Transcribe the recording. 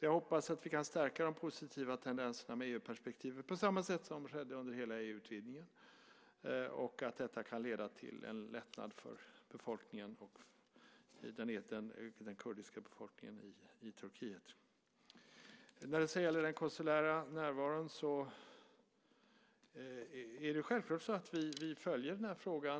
Jag hoppas att vi kan stärka de positiva tendenserna med EU-perspektivet på samma sätt som skedde under hela EU-utvidgningen och att detta kan leda till en lättnad för den kurdiska befolkningen i Turkiet. När det gäller den konsulära närvaron följer vi frågan noga.